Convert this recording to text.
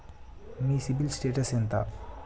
మీ CIBIL status ఎంత?